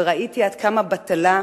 וראיתי עד כמה בטלה,